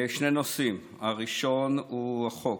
שני נושאים: הראשון הוא החוק.